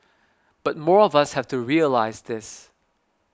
but more of us have to realise this